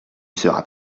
seras